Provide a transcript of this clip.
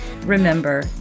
Remember